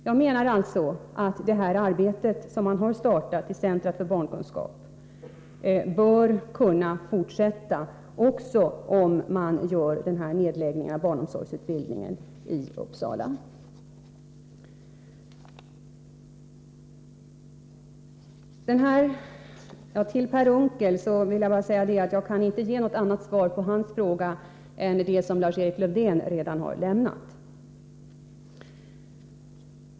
Jag menar alltså att det arbete som har startats i centret för barnkunskap bör kunna fortsätta också om man lägger ner barnomsorgsutbildningarna i Uppsala. Till Per Unckel vill jag bara säga att jag inte kan ge något annat svar på hans fråga än det som Lars-Erik Lövdén redan har lämnat.